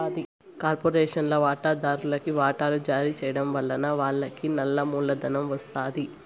కార్పొరేషన్ల వాటాదార్లుకి వాటలు జారీ చేయడం వలన వాళ్లకి నల్ల మూలధనం ఒస్తాది